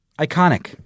Iconic